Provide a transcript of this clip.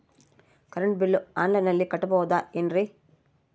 Current bill ಆನ್ಲೈನಿನಲ್ಲಿ ಕಟ್ಟಬಹುದು ಏನ್ರಿ?